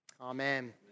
Amen